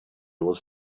was